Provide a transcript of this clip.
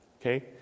Okay